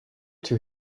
two